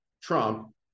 Trump